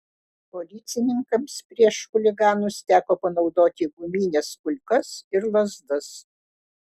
policininkams prieš chuliganus teko panaudoti gumines kulkas ir lazdas